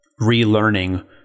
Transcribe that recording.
relearning